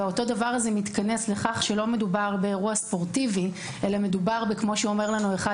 האותו דבר הזה מתכנס לכך שלא מדובר באירוע ספורטיבי אלא מדובר בשואו,